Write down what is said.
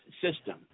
system